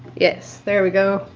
yes, there we go.